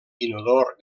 inodor